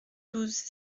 douze